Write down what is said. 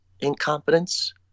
incompetence